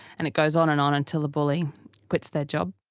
and it goes on and on until the bully quits their job.